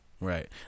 Right